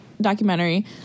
documentary